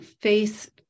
face